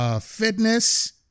Fitness